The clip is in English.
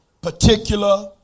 particular